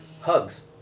Hugs